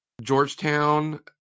Georgetown